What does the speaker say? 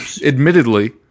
Admittedly